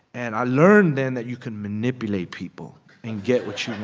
and i learned then that you can manipulate people and get what you